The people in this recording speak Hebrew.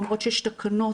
למרות שיש תקנות,